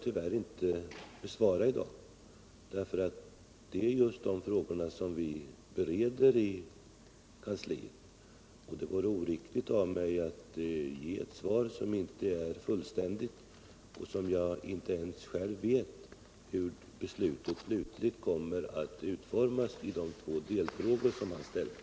Just de frågorna bereder vi nämligen nu inom departementet, och det vore oriktigt av mig att ge ett svar som inte kunde bli fullständigt och som skulle handla om förhållanden där jag inte ens själv vet hur det definitiva beslutet kommer att utformas.